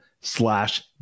slash